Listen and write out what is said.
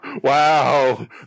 Wow